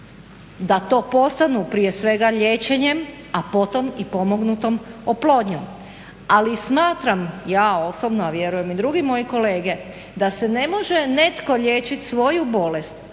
da to postanu prije svega liječenjem, a potom i pomognutom oplodnjom. Ali smatram ja osobno, a vjerujem i drugi moji kolege da ne može netko liječit svoju bolest